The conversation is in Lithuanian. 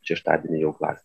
šeštadienį jau glazge